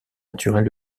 naturelle